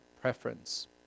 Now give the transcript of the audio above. preference